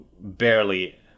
barely